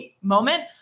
moment